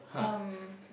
um